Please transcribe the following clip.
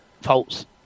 false